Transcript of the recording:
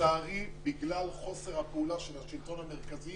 לצערי בגלל חוסר הפעולה של השלטון המרכזי,